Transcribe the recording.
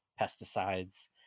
pesticides